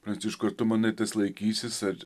pranciškui ar tu manai tas laikysis ar